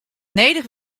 nedich